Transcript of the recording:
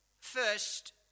First